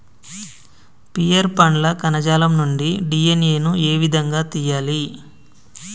Pear పండ్ల కణజాలం నుండి డి.ఎన్.ఎ ను ఏ విధంగా తియ్యాలి?